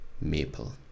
Maple